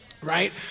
right